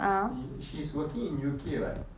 she's working in U_K [what]